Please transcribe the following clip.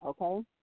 okay